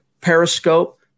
Periscope